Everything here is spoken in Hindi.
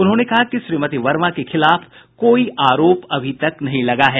उन्होंने कहा कि श्रीमती वर्मा के खिलाफ कोई आरोप अभी तक नहीं लगा है